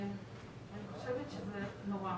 אני חושבת שזה נורא.